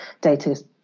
data